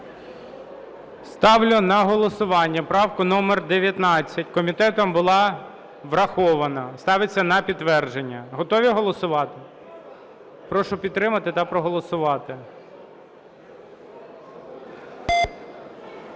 Ставлю на голосування правку номер 19. Комітетом була врахована. Ставиться на підтвердження. Готові голосувати? Прошу підтримати та проголосувати.